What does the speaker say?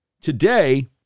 today